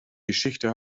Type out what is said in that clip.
geschichte